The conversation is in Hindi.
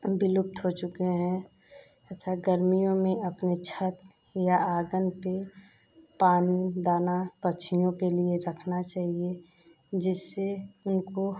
विलुप्त हो चुके हैं तथा गर्मियों में अपने छत या आंगन पर पानी दाना पक्षियों के लिए रखना चाहिए जिससे उनको